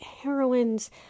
heroines